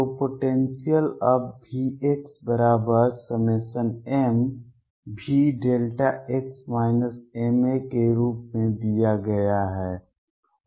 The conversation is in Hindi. तो पोटेंसियल अब V mVδx ma के रूप में दिया गया है